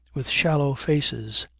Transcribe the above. with sallow faces,